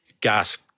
gas